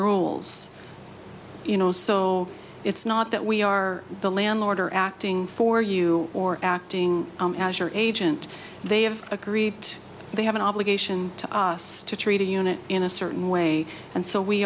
rules you know so it's not that we are the landlord or acting for you or acting or agent they have agreed they have an obligation to treat a unit in a certain way and so we